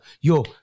yo